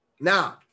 now